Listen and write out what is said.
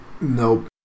Nope